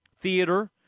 theater